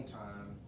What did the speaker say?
time